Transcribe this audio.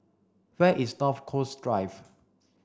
where is North Coast Drive